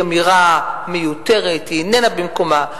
היא אמירה מיותרת, היא איננה במקומה.